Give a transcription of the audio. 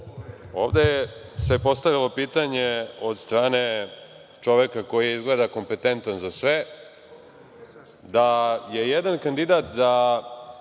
107.Ovde se postavilo pitanje od strane čoveka, koji je izgleda kompetentan za sve, da je jedan kandidat za